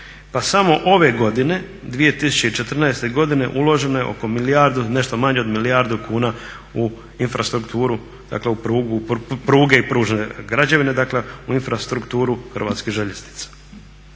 Pa samo ove godine, 2014. godine uloženo je oko milijardu, nešto manje od milijardu kuna u infrastrukturu, dakle u prugu i pružne građevine dakle u infrastrukturu Hrvatskih željeznica.